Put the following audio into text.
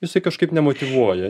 jisai kažkaip nemotyvuoja